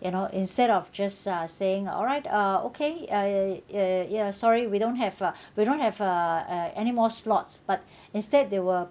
you know instead of just uh saying alright uh okay I I yeah sorry we don't have uh we don't have uh uh anymore slots but instead they will